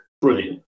brilliant